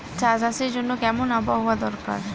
চা চাষের জন্য কেমন আবহাওয়া দরকার?